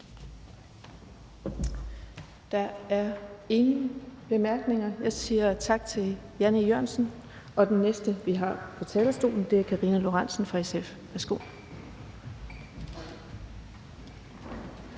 Der er ingen korte bemærkninger. Jeg siger tak til Jan E. Jørgensen. Den næste, vi har på talerstolen, er Karina Lorentzen Dehnhardt fra SF. Værsgo.